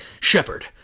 Shepard